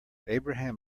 abraham